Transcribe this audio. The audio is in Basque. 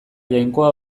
jainkoa